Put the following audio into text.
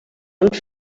feixos